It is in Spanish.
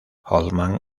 oldman